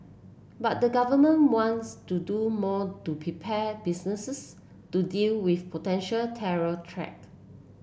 but the government wants to do more to prepare businesses to deal with potential terror threat